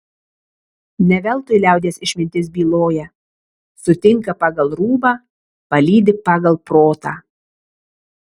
ne veltui liaudies išmintis byloja sutinka pagal rūbą palydi pagal protą